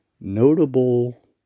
notable